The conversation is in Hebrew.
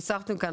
ניסחתם כאן,